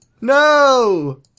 No